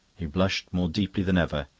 he blushed more deeply than ever,